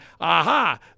Aha